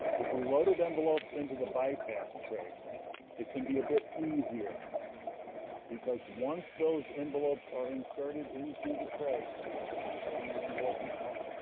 if we loaded envelopes into the bypass tray it can be a bit easier because once those envelopes are inserted into the tray and i'm inserting the envelope now